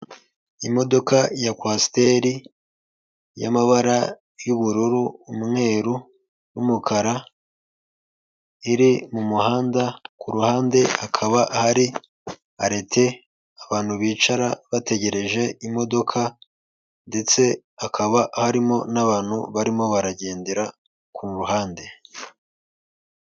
Imodoka ya kwasiteri y'amabara y'ubururu, umweru n'umukara, iri mu muhanda kuruhande hakaba hari arete abantu bicara bategereje imodoka, ndetse hakaba harimo nabantu barimo baragendera ku ruhande.